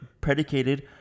predicated